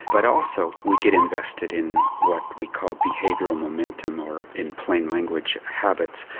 but also we get invested in what we call behavioural momentum or, in plain language, habits.